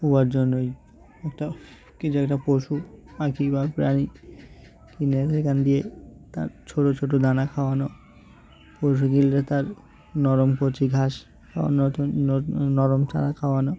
হওয়ার জন্য ওই একটা কিছু একটা পশু পাখি বা প্রাণী কিনে সেখান দিয়ে তার ছোট ছোট দানা খাওয়ানো পশু কিনলে তার নরম কচি ঘাস খাওয়া নতুন নরম চারা খাওয়ানো